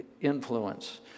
influence